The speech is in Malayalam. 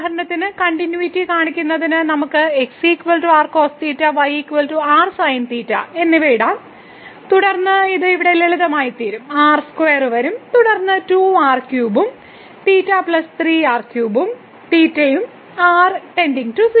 ഉദാഹരണത്തിന് കണ്ടിന്യൂയിറ്റി കാണുന്നതിന് നമുക്ക് x r cosθ y r sinθ എന്നിവ ഇടാം തുടർന്ന് ഇത് ഇവിടെ ലളിതമായിത്തീരും r2 വരും തുടർന്ന് 2r3 ഉം ഉം ഉം r → 0